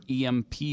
EMP